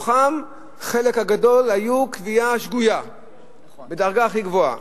ולחלק גדול מתוכם היתה קביעה שגויה לדרגה הכי גבוהה.